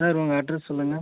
sir உங்கள் address சொல்லுங்கள்